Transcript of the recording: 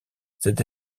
cette